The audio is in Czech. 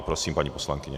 Prosím, paní poslankyně.